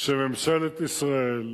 שממשלת ישראל,